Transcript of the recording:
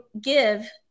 give